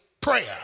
prayer